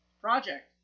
Project